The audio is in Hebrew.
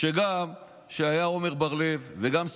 שגם כשהיו עמר בר לב וגם סגלוביץ',